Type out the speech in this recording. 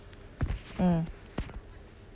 mm